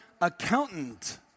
accountant